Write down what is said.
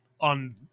on